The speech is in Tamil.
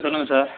சொல்லுங்கள் சார்